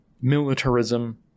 militarism